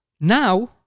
now